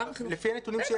לפי הנתונים שלך יש קשר?